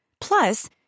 Plus